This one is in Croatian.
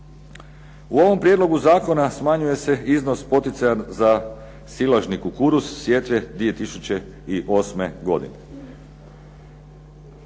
U ovom Prijedlogu zakona smanjuje se iznos poticaja za silažni kukuruz sjetve 2008. godine.